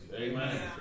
Amen